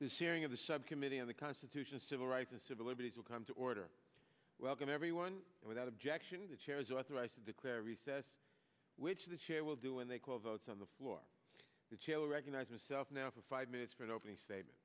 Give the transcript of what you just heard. this sharing of the subcommittee on the constitution civil rights and civil liberties will come to order welcome everyone without objection the chair is authorized to declare recess which the chair will do when they call votes on the floor detail recognize myself now for five minutes for an opening statement